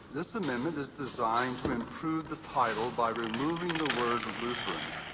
this amendment is designed to improve the title by removing the word lutheran.